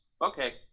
Okay